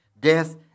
death